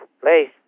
place